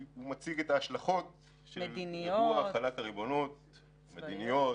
הוא מציג את ההשלכות של החלת הריבונות מדיניות,